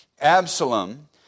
Absalom